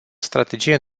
strategie